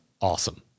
awesome